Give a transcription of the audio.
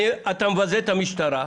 אתה מבזה את המשטרה.